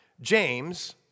James